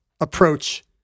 approach